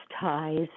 ties